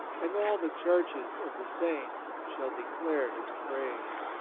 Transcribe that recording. and all the churches of the saints shall declare his praise.